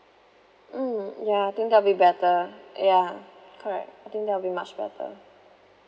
mm ya think that'll be better ya correct I think that will be much better